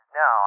no